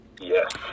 Yes